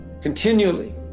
continually